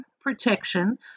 protection